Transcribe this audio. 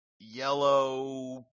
Yellow